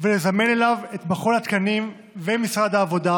ולזמן אליו את מכון התקנים ומשרד העבודה,